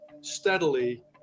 steadily